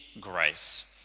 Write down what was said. grace